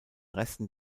resten